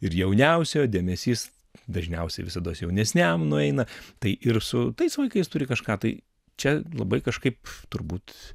ir jauniausio dėmesys dažniausiai visados jaunesniam nueina tai ir su tais vaikais turi kažką tai čia labai kažkaip turbūt